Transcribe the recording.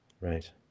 Right